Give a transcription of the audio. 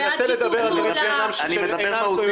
--- תנסה לדבר --- עניין מהותי.